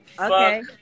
Okay